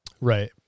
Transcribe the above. Right